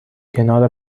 کنار